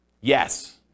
Yes